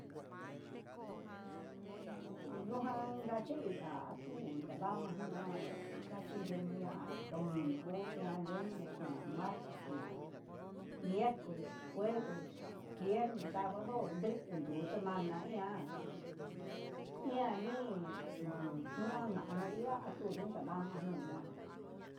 Ndujan ngachei'a atu ndike nana nua ndachi onea domingo ña lunes ña martes ña miercoles jueves viernes sabado ña ndu an nduu, semana ian ian nii ujun nuu name iha tuu yenta nama nu'a.